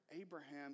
Abraham